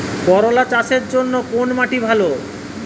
করলা চাষের জন্য কোন মাটি ভালো?